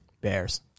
Bears